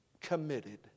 committed